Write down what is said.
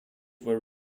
were